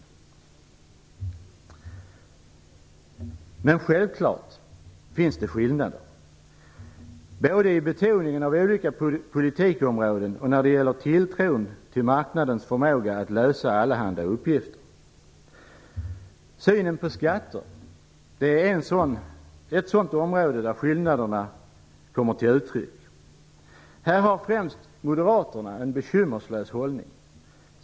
Det finns självfallet skillnader, både när det gäller betoningen av olika politikområden och när det gäller tilltron till marknadens förmåga att lösa allehanda uppgifter. Synen på skatter är ett sådant område där skillnaderna kommer till uttryck. Här intar främst Moderaterna en bekymmerslös hållning.